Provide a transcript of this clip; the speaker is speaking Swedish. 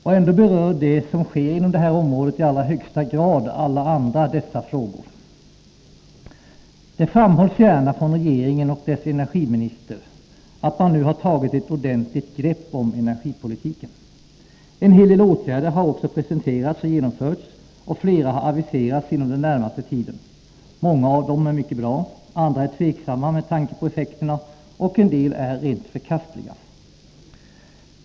Och ändå berör det som sker inom detta område i allra högsta grad alla dessa andra frågor. Det framhålls gärna från regeringen och dess energiminister att man nu har tagit ett ordentligt grepp om energipolitiken. En hel del åtgärder har också presenterats och genomförts, och flera har aviserats inom den närmaste tiden. Många av dem är mycket bra, andra är tveksamma med tanke på effekterna och en del är rent förkastliga.